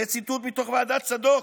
זה ציטוט מתוך ועדת צדוק,